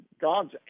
God's